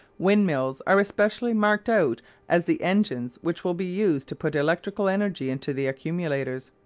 windmills are especially marked out as the engines which will be used to put electrical energy into the accumulators.